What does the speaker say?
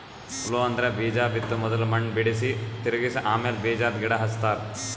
plough ಅಂದ್ರ ಬೀಜಾ ಬಿತ್ತ ಮೊದುಲ್ ಮಣ್ಣ್ ಬಿಡುಸಿ, ತಿರುಗಿಸ ಆಮ್ಯಾಲ ಬೀಜಾದ್ ಗಿಡ ಹಚ್ತಾರ